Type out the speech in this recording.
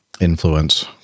influence